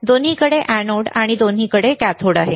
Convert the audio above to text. दोन्हीकडे एनोड आहे दोन्हीकडे कॅथोड आहे